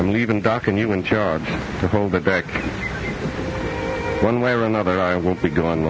i'm leavin doc and you in charge of all the back one way or another i won't be gone